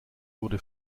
wurde